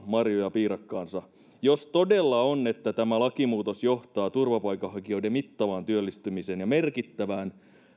marjoja piirakkaansa jos todella on niin että tämä lakimuutos johtaa turvapaikanhakijoiden mittavaan työllistymiseen ja merkittävään